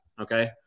Okay